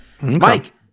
Mike